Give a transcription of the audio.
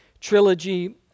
trilogy